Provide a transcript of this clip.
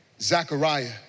Zechariah